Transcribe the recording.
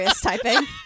typing